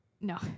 No